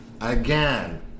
again